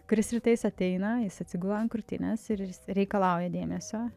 kuris rytais ateina jis atsigula ant krūtinės ir reikalauja dėmesio